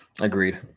Agreed